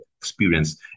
experience